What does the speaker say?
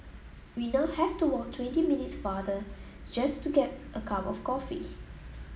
we now have to walk twenty minutes farther just to get a cup of coffee